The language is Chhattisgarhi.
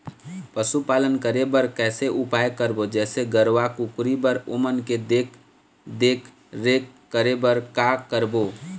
पशुपालन करें बर कैसे उपाय करबो, जैसे गरवा, कुकरी बर ओमन के देख देख रेख करें बर का करबो?